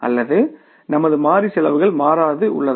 அல்லது நமது மாறி செலவுகள் மாறாது உள்ளதா